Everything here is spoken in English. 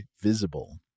Visible